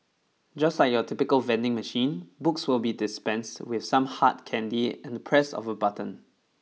just like your typical vending machine books will be dispensed with some hard candy and the press of a button